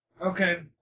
Okay